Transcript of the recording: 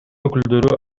өкүлдөрү